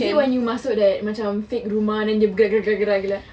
is it when you masuk that macam fake rumah then it